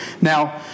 Now